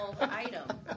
item